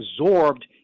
absorbed